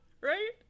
right